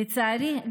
לצערי,